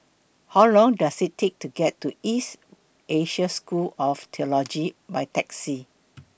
How Long Does IT Take to get to East Asia School of Theology By Taxi